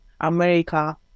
America